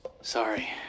Sorry